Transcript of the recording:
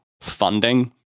funding